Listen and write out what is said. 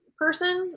person